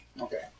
Okay